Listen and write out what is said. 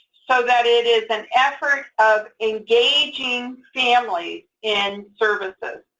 so that it is an effort of engaging families and services.